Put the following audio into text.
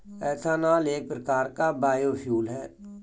ethanol एक प्रकार का बायोफ्यूल है